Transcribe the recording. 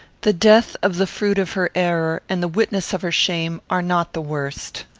the death of the fruit of her error and the witness of her shame, are not the worst.